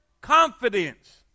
Confidence